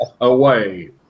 away